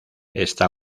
está